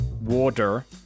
Water